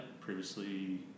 previously